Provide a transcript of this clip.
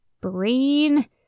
Brain